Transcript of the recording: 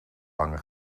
lange